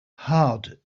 heart